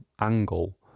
angle